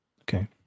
Okay